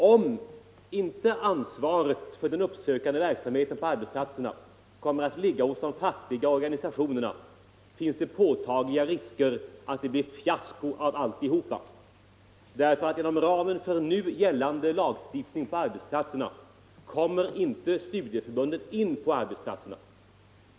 Om inte ansvaret för den uppsökande verksamheten på arbetsplatserna kommer att ligga hos de fackliga organisationerna finns det påtagligt risker för att det blir ett fiasko av alltihopa. Inom ramen för nu gällande lagstiftning kommer studieförbunden inte in på arbetsplatserna.